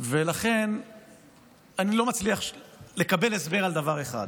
ולכן אני לא מצליח לקבל הסבר על דבר אחד.